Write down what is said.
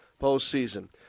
postseason